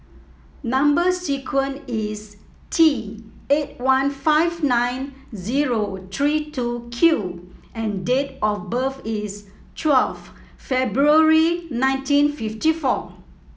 number sequence is T eight one five nine zero three two Q and date of birth is twelve February nineteen fifty four